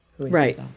Right